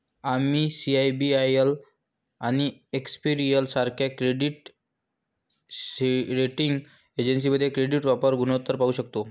आम्ही सी.आय.बी.आय.एल आणि एक्सपेरियन सारख्या क्रेडिट रेटिंग एजन्सीमध्ये क्रेडिट वापर गुणोत्तर पाहू शकतो